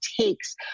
takes